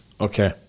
Okay